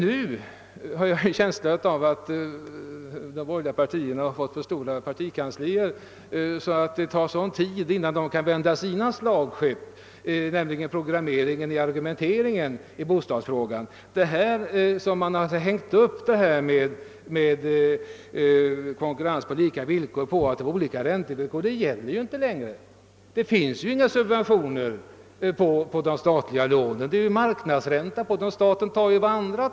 Jag har emellertid en känsla av att de borgerliga partierna har fått så stora kanslier att det tar mycket lång tid att vända det stora slagskepp som programmeringen av argumenten i bostadsfrågan utgör. Talet om konkurrens på lika villkor, vilken konkurrens sagts vara omöjlig på grund av de olika räntesatser som tillämpas, håller inte. Det förekommer i dag inga subventioner på de statliga lånen, och räntan på dem är densamma som på marknaden i övrigt.